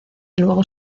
luego